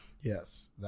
Yes